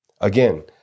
Again